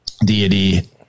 deity